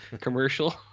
commercial